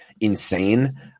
insane